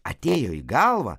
atėjo į galvą